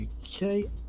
Okay